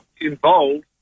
involved